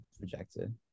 rejected